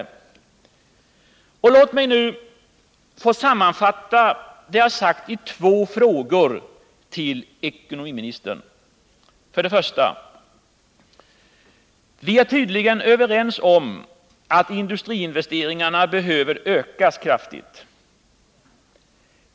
Låt mig sammanfatta vad jag har sagt i två frågor till ekonomiministern. För det första: Vi är tydligen överens om att industriinvesteringarna behöver ökas kraftigt.